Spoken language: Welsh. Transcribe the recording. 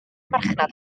marchnad